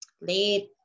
late